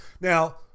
Now